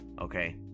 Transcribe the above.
Okay